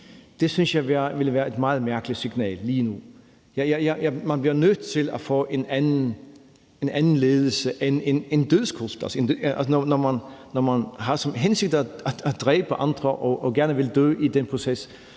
Det synes jeg ville være et meget mærkeligt signal at komme med lige nu. Man bliver nødt til at få en anden ledelse end en dødskult. Altså, når man har til hensigt at dræbe andre og gerne vil dø i den proces,